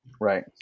Right